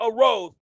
arose